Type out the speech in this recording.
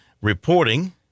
reporting